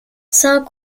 sainte